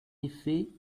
effet